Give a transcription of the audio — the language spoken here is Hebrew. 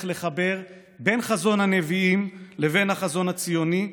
לחבר בין חזון הנביאים לבין החזון הציוני,